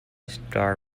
star